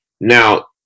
now